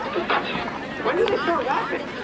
versace when do they start rapping?